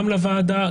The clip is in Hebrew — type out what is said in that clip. גם לוועדה,